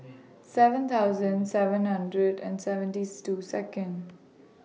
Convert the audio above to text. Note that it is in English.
seven thousand seven hundred and seventieth two Second